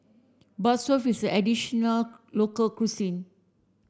is a traditional local cuisine